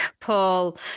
Paul